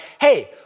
hey